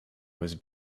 was